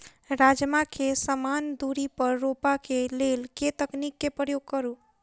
राजमा केँ समान दूरी पर रोपा केँ लेल केँ तकनीक केँ प्रयोग करू?